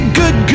good